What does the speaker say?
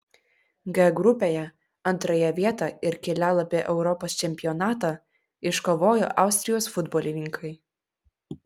g grupėje antrąją vietą ir kelialapį europos čempionatą iškovojo austrijos futbolininkai